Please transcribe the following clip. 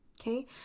Okay